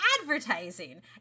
advertising